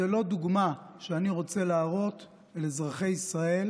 זו לא דוגמה שאני רוצה להראות לאזרחי ישראל